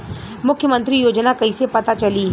मुख्यमंत्री योजना कइसे पता चली?